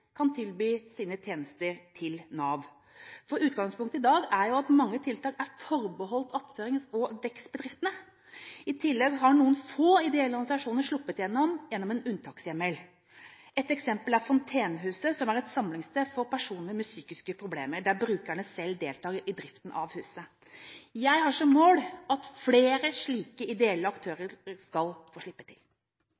kan tilby sine tjenester til Nav. Utgangspunktet i dag er at mange tiltak er forbeholdt attførings- og vekstbedrifter. I tillegg har noen få ideelle organisasjoner sluppet til gjennom en unntakshjemmel. Et eksempel er Fontenehuset, som er et samlingssted for personer med psykiske problemer, der brukerne selv deltar i driften av huset. Jeg har som mål at flere slike ideelle